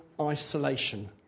isolation